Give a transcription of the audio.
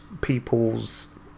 people's